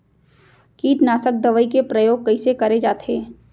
कीटनाशक दवई के प्रयोग कइसे करे जाथे?